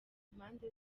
impande